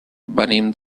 venim